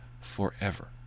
forever